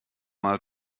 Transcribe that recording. mal